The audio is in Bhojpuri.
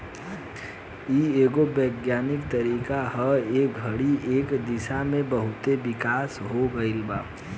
इ एगो वैज्ञानिक तरीका ह ए घड़ी ए दिशा में बहुते विकास हो गईल बा